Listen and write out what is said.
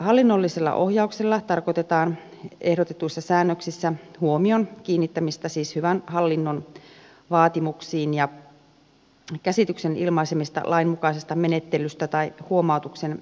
hallinnollisella ohjauksella tarkoitetaan ehdotetuissa säännöksissä huomion kiinnittämistä siis hyvän hallinnon vaatimuksiin ja käsityksen ilmaisemista lainmukaisesta menettelystä tai huomautuksen antamisesta